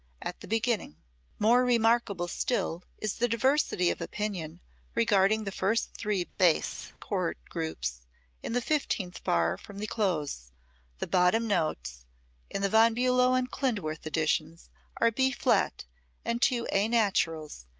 at the beginning more remarkable still is the diversity of opinion regarding the first three bass chord groups in the fifteenth bar from the close the bottom notes in the von bulow and klindworth editions are b flat and two a naturals,